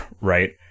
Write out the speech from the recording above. Right